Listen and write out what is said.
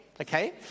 Okay